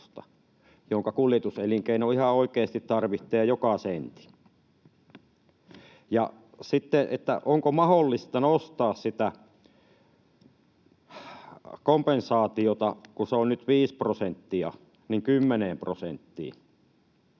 jonka kuljetuselinkeino ihan oikeasti tarvitsee, joka sentin. Ja sitten: onko mahdollista nostaa sitä kompensaatiota — kun se on nyt viisi prosenttia — kymmeneen prosenttiin